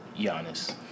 Giannis